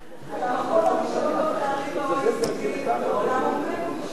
על המקום הראשון בפערים ב-OECD העולם עומד ומשתאה,